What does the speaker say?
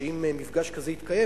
שאם מפגש כזה יתקיים,